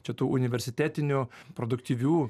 čia tų universitetinių produktyvių